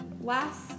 last